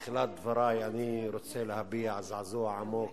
בתחילת דברי אני רוצה להביע זעזוע עמוק,